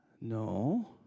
No